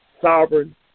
sovereign